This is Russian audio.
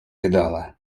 видала